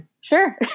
Sure